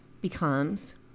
becomes